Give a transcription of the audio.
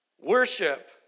Worship